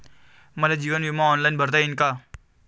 मले जीवन बिमा ऑनलाईन भरता येईन का?